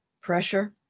pressure